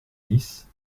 dix